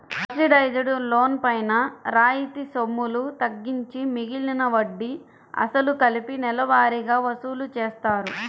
subsidised loan పైన రాయితీ సొమ్ములు తగ్గించి మిగిలిన వడ్డీ, అసలు కలిపి నెలవారీగా వసూలు చేస్తారు